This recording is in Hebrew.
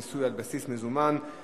מיסוי על בסיס מזומן).